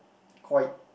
quite